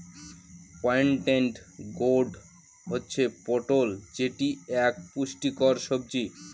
pointed gourd হচ্ছে পটল যেটি এক পুষ্টিকর সবজি